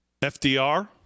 FDR